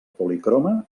policroma